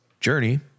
journey